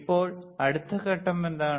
ഇപ്പോൾ അടുത്ത ഘട്ടം എന്താണ്